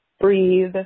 breathe